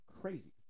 crazy